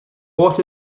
what